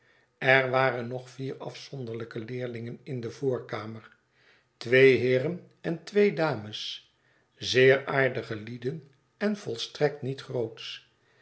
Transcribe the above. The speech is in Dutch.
er waren nog vier afzonderlijke leerlingen in de voorkamer twee heeren en twee dames zeer aardige lieden en volstrekt niet grootsch